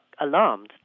alarmed